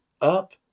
up